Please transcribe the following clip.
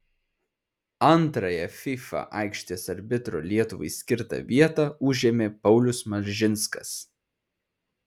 antrąją fifa aikštės arbitro lietuvai skirtą vietą užėmė paulius malžinskas